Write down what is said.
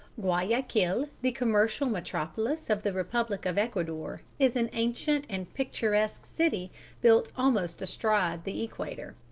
guayaquil, the commercial metropolis of the republic of ecuador, is an ancient and picturesque city built almost astride the equator.